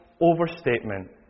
overstatement